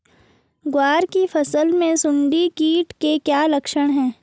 ग्वार की फसल में सुंडी कीट के क्या लक्षण है?